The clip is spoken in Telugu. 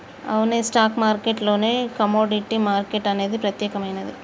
అవునే స్టాక్ మార్కెట్ లోనే కమోడిటీ మార్కెట్ అనేది ప్రత్యేకమైనది